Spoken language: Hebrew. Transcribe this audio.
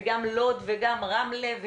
וגם לוד וגם רמלה,